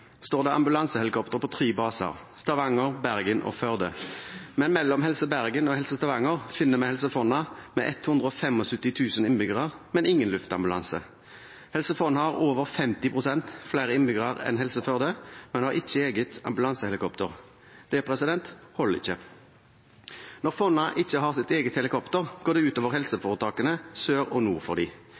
står det ambulansehelikoptre på tre baser: Stavanger, Bergen og Førde. Men mellom Helse Bergen og Helse Stavanger finner vi Helse Fonna med 175 000 innbyggere, men ingen luftambulanse. Helse Fonna har over 50 pst. flere innbyggere enn Helse Førde, men har ikke eget ambulansehelikopter. Det holder ikke. Når Fonna ikke har sitt eget helikopter, går det ut over helseforetakene sør og nord for